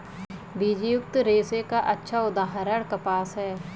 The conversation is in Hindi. बीजयुक्त रेशे का अच्छा उदाहरण कपास है